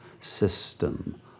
system